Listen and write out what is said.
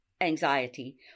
anxiety